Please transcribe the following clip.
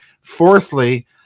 Fourthly